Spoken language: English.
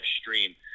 stream